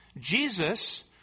jesus